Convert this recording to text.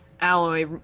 Alloy